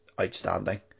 outstanding